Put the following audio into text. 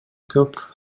көп